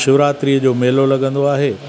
शिवरात्रिअ जो मेलो लॻंदो आहे